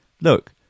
Look